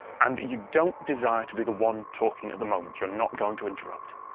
and that you don't desire to be the one talking at the moment. you're not going to interrupt.